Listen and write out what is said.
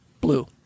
Blue